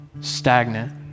stagnant